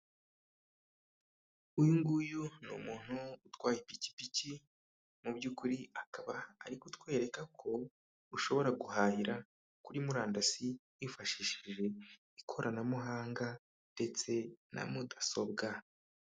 Uyu nguyu ni umuntu utwaye ipikipiki, mu by'ukuri akaba ari kutwereka ko ushobora guhahira kuri murandasi, hifashishije ikoranabuhanga, ndetse na mudasobwa.